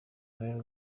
uruhare